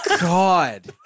God